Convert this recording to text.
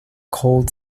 called